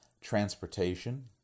Transportation